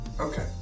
Okay